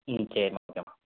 ம் சரிம்மா ஓகேம்மா